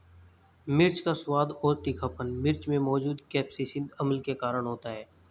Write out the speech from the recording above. मिर्च का स्वाद और तीखापन मिर्च में मौजूद कप्सिसिन अम्ल के कारण होता है